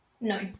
No